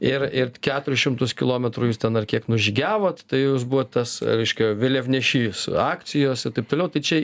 ir ir keturis šimtus kilometrų jūs ten ar kiek nužygiavot tai buvo tas reiškia vėliavnešys akcijos ir taip toliau tai čia